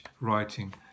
writing